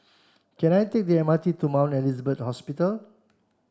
can I take the M R T to Mount Elizabeth Hospital